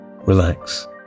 Relax